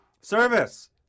Service